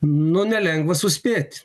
nu nelengva suspėt